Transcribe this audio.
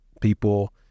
People